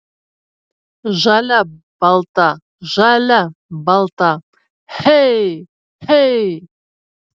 žalia balta žalia balta hey hey